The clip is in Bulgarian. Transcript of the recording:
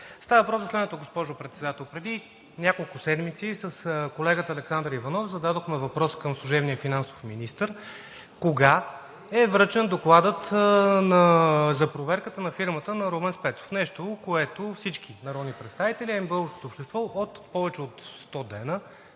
Става въпрос за следното, госпожо Председател. Преди няколко седмици с колегата Александър Иванов зададохме въпрос към служебния финансов министър: кога е връчен Докладът за проверката на фирмата на Румен Спецов – нещо, което всички народни представители и българското общество повече от 100 дена